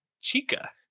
Chica